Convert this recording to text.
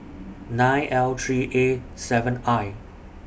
nine L three A seven I